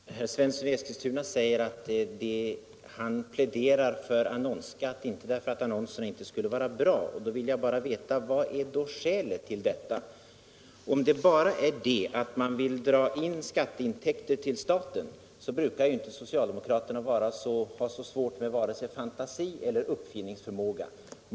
Herr talman! Herr Svensson i Eskilstuna säger att han pläderar för annonsskatt, men inte därför att annonser inte skulle vara bra. Då vill jag bara veta: Vilket är då skälet? Om det bara är att man vill dra in skatter till staten brukar ju inte socialdemokraterna ha svårt med vare sig fantasi eller uppfinningsförmåga.